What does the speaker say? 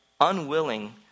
unwilling